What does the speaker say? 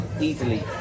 easily